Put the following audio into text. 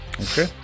Okay